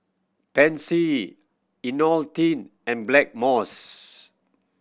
Pansy Ionil T and Blackmores